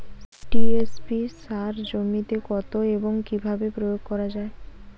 TSP সার জমিতে কখন এবং কিভাবে প্রয়োগ করা য়ায়?